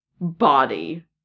body